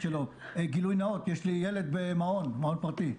גילוי נאות, יש לי ילד במעון פרטי.